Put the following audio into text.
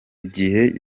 gihe